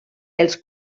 els